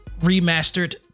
remastered